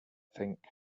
think